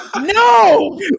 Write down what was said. No